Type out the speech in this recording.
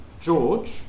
George